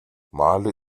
malé